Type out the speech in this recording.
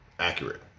Accurate